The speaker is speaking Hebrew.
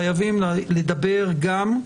חייבים לדבר גם,